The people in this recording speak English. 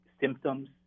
symptoms